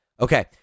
Okay